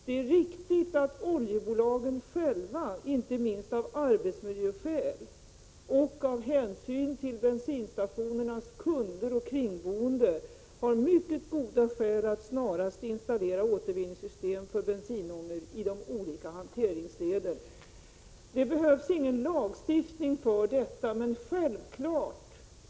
Det är riktigt att oljebolagen själva, inte minst av arbetsmiljöskäl och av hänsyn till bensinstationernas kunder och kringboende, har mycket goda skäl att snarast installera återvinningssystem för bensinångor i de olika hanteringsleden. Det behövs ingen lagstiftning för detta.